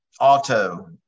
Auto